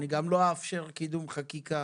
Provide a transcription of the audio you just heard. אני גם לא אאפשר קידום חקיקה